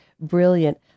brilliant